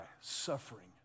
suffering